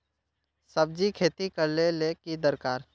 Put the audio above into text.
सब्जी खेती करले ले की दरकार?